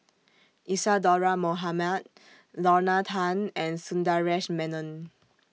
Isadhora Mohamed Lorna Tan and Sundaresh Menon